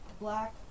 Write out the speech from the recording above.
black